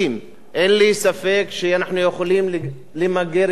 אין לי ספק שאנחנו יכולים למגר את התופעה,